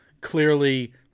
clearly